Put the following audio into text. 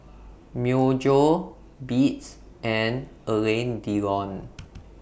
Myojo Beats and Alain Delon